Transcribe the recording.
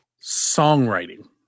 Songwriting